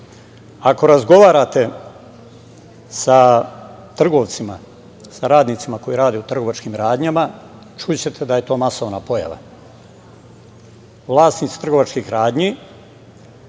Ako razgovarate sa trgovcima, sa radnicima koji rade u trgovačkim radnjama, čućete da je to masovna pojava. Vlasnici trgovačkih radnji